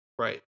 Right